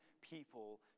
people